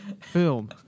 film